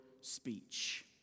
speech